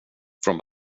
från